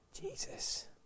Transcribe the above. Jesus